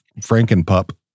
Frankenpup